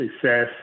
success